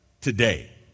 today